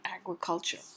agriculture